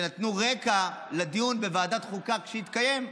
שנתנו רקע לדיון בוועדת החוקה כשהתקיים.